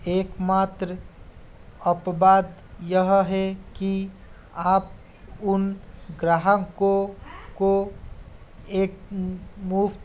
एक मात्र अपवाद यह है कि आप उन ग्राहकों को एक मुफ़्त